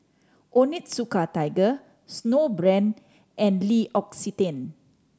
Onitsuka Tiger Snowbrand and L'Occitane